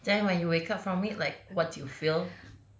then when you wake up from it like what do you feel